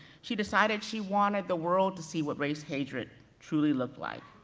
she decided she wanted the world to see what race-hatred truly looked like.